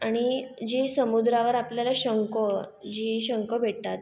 आणि जी समुद्रावर आपल्यालाला शंको जी शंख भेटतात